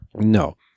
No